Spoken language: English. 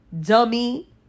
dummy